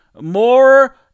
more